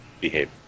behave